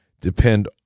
depend